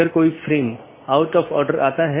एक यह है कि कितने डोमेन को कूदने की आवश्यकता है